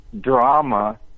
drama